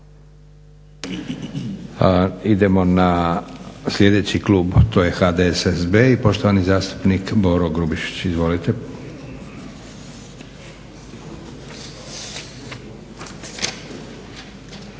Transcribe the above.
Idemo na sljedeći klub, to je HDSSB i poštovani zastupnik Boro Grubišić. Izvolite.